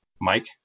Mike